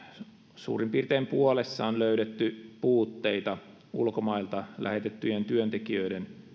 suurin piirtein puolessa on löydetty puutteita ulkomailta lähetettyjen työntekijöiden